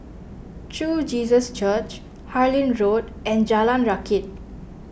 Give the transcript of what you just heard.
True Jesus Church Harlyn Road and Jalan Rakit